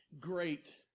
great